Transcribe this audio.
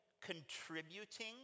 contributing